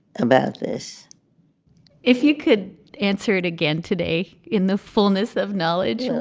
about this if you could answer it again today in the fullness of knowledge,